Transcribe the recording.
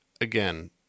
Again